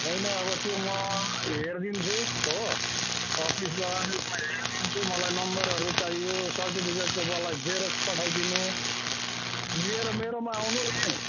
होइन अब त्यो म हेरिदिन्छु हो अफिसमा गएर हेरिदिन्छु मलाई नम्बरहरू चाहियो सर्टिफिकेटको मलाई जेरक्स पठाइदिनु लिएर मेरोमा आउनु नि